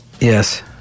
yes